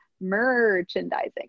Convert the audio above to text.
merchandising